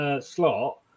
slot